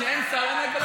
כשאין שר אין הגבלת זמן.